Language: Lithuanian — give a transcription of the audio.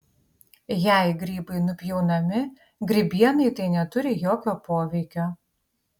jei grybai nupjaunami grybienai tai neturi jokio poveikio